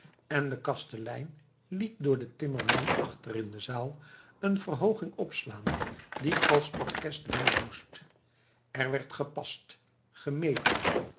en de kastelein liet door den timmerman achter in de zaal een verhooging opslaan die als orkest dienen moest er werd gepast gemeten